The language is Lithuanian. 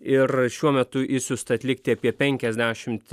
ir šiuo metu išsiųsta atlikti apie penkiasdešimt